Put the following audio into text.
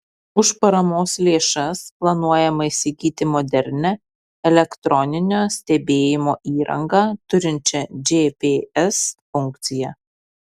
už paramos lėšas planuojama įsigyti modernią elektroninio stebėjimo įrangą turinčią gps funkciją